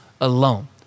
alone